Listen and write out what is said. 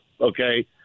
okay